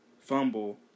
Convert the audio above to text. fumble